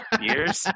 years